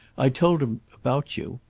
i told him about you.